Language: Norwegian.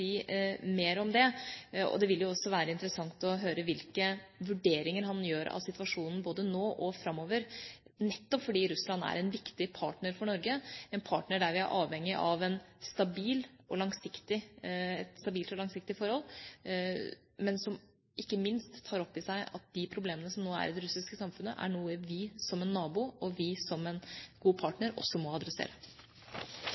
mer om det. Det vil også være interessant å høre hvilke vurderinger han gjør av situasjonen både nå og framover, nettopp fordi Russland er en viktig partner for Norge, en partner der vi er avhengig av et stabilt og langsiktig forhold, men som ikke minst tar opp i seg at de problemene som nå er i det russiske samfunnet, er noe vi som nabo og en god partner også må adressere. Representanten Eriksen Søreide tar opp et stort og